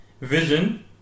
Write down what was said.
vision